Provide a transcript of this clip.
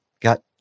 got